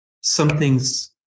something's